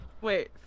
Wait